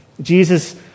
Jesus